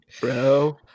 bro